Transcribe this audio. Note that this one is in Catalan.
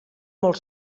molt